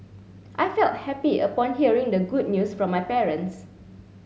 I felt happy upon hearing the good news from my parents